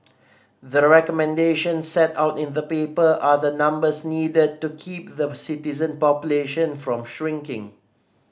the recommendations set out in the paper are the numbers needed to keep the citizen population from shrinking